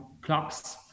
clocks